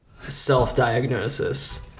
self-diagnosis